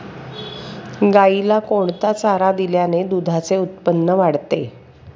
गाईला कोणता चारा दिल्याने दुधाचे उत्पन्न वाढते?